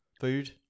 food